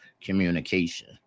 communication